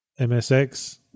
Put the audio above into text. MSX